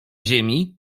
ziemi